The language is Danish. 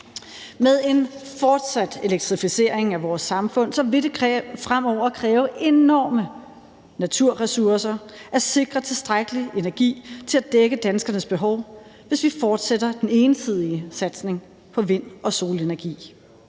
Med en fortsat elektrificering af vores samfund vil det fremover kræve enorme naturressourcer at sikre tilstrækkelig energi til at dække danskernes behov, hvis vi fortsætter den ensidige satsning på vind- og solenergi.